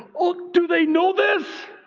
oh, do they know this?